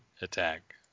attack